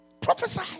Prophesy